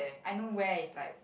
I know where is like